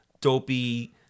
dopey